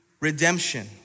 redemption